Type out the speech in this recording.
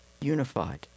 unified